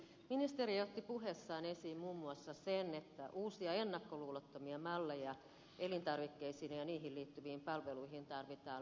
ministeri otti puheessaan esiin muun muassa sen että uusia ennakkoluulottomia malleja elintarvikkeisiin ja niihin liittyviin palveluihin tarvitaan lisää